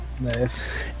nice